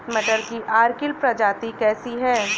मटर की अर्किल प्रजाति कैसी है?